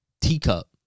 teacup